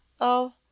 Oh